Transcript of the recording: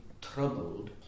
troubled